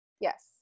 Yes